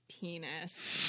penis